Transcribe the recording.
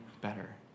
better